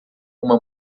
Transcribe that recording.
uma